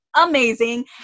amazing